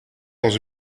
dans